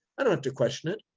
i don't to question it.